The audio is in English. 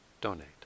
donate